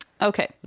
Okay